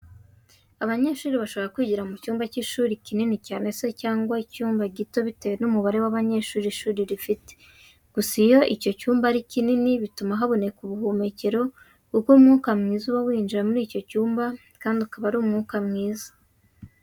Abanyeshuri bashobora kwigira mu cyumba cy'ishuri kinini cyane cyangwa se icyumba gito bitewe n'umubare w'abanyeshuri ishuri rifite. Gusa iyo icyumba ari kinini bituma haboneka ubuhumekero kuko umwuka mwiza uba winjira muri icyo cyumba kandi ukaba ari umwuka mwiza.